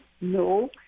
no